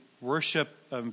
worship